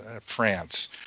France